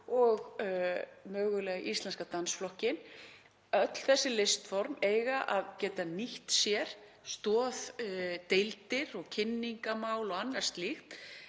og mögulega Íslenska dansflokkinn. Öll þessi listform eiga að geta nýtt sér stoðdeildir og kynningarmál og annað slíkt